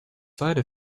side